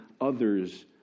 others